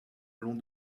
long